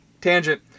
tangent